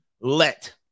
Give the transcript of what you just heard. let